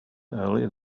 earlier